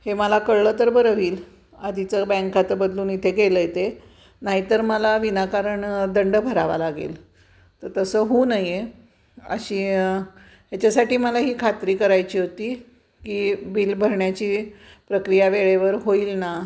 हे मला कळलं तर बरं होईल आधीचं बँकात बदलून इथे केलं ते नाही तर मला विनाकारण दंड भरावा लागेल त तसं होऊ नये अशी ह्याच्यासाठी मला ही खात्री करायची होती की बिल भरण्याची प्रक्रिया वेळेवर होईल ना